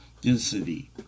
density